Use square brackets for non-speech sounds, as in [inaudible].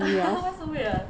[laughs] why so weird